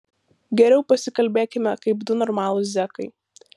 geriau pasikalbėkime kaip du normalūs zekai